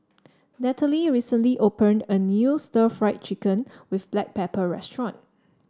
Natalie recently opened a new Stir Fried Chicken with Black Pepper restaurant